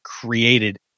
created